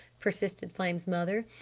persisted flame's mother.